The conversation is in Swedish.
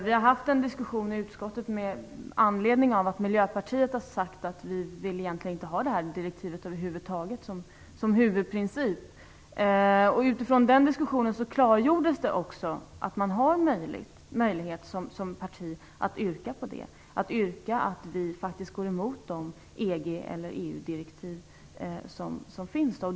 Vi har fört en diskussion i utskottet med anledning av att Miljöpartiet har gjort gällande att man egentligen inte vill ha detta direktiv över huvud taget som huvudprincip. Utifrån den diskussionen klargjordes det att det finns möjlighet för ett parti att yrka på att man skall gå emot sådana EU-direktiv.